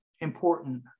important